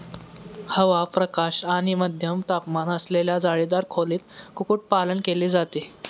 हवा, प्रकाश आणि मध्यम तापमान असलेल्या जाळीदार खोलीत कुक्कुटपालन केले जाते